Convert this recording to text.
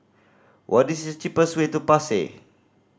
what is the cheapest way to Pasir